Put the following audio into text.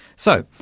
so,